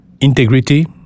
Integrity